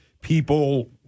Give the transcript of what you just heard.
people